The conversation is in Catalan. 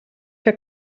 que